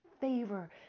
favor